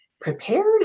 prepared